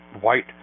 white